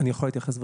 אני יכול להתייחס?